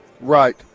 Right